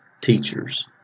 teachers